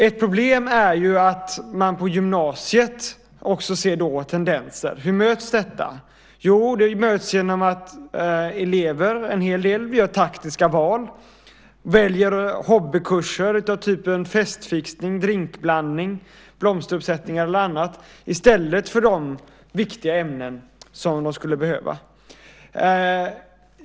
Ett problem är att man på gymnasiet också ser sådana tendenser. Hur möts detta? Jo, det möts genom att en hel del elever via taktiska val väljer hobbykurser av typen festfixning, drinkblandning, blomsteruppsättning eller annat i stället för de viktiga ämnen som de skulle behöva.